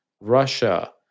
Russia